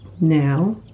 Now